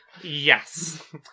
Yes